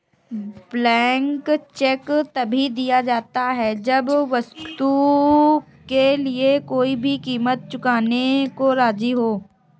blank cheque तभी दिया जाता है जब वस्तु के लिए कोई भी कीमत चुकाने को राज़ी हो